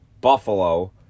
Buffalo